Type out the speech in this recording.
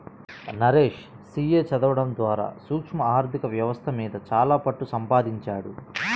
Naresh CA చదవడం ద్వారా సూక్ష్మ ఆర్ధిక వ్యవస్థ మీద చాలా పట్టుసంపాదించాడు